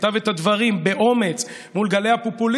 כתב את הדברים באומץ מול גלי הפופוליזם,